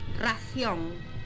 ración